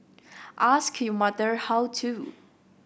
ask your mother how to